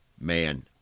man